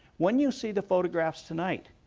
when you see the photographs tonight,